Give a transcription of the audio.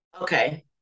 okay